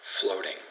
floating